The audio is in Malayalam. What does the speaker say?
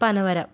പനവരം